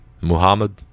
Muhammad